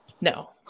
no